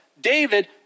David